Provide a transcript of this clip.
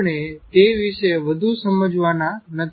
આપણે તે વિશે વધુ સમજવાના નથી